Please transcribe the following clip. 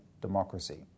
democracy